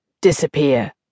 disappear